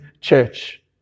Church